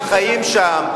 הם חיים שם,